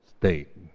state